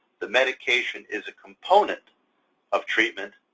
the medication is a component of treatment.